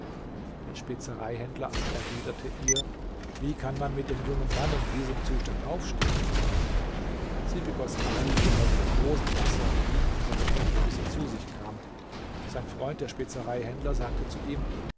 der spezereihändler erwiderte ihr wie kann man mit dem jungen manne in diesem zustand aufstehen sie begoß ali hierauf mit rosenwasser und rieb ihm seine hände bis er zu sich kam sein freund der spezereihändler sagte zu ihm